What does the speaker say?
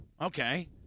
Okay